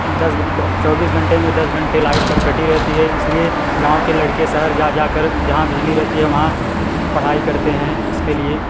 दस चौबीस घंटे में दस घंटे लाइट कटी रहती है इसलिए गाँव के लड़के शहर जा जा कर जहाँ बिजली रहती है वहाँ पढ़ाई करते हैं इसके लिए